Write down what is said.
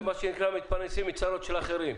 זה מה שנקרא: מתפרנסים מצרות של אחרים.